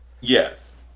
Yes